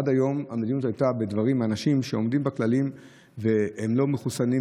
עד היום המדיניות לגברים ונשים שעומדים בכללים והם לא מחוסנים,